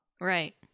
Right